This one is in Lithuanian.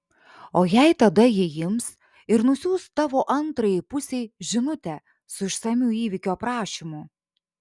o jei tada ji ims ir nusiųs tavo antrajai pusei žinutę su išsamiu įvykio aprašymu